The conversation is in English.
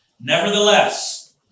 Nevertheless